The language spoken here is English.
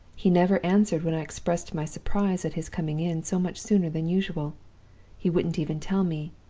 he never answered when i expressed my surprise at his coming in so much sooner than usual he wouldn't even tell me,